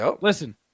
Listen